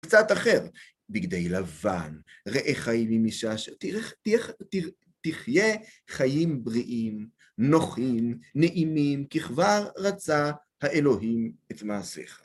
קצת אחר, בגדי לבן, ראה חיים עם אישה, תחיה חיים בריאים, נוחים, נעימים, כי כבר רצה האלוהים את מעשיך.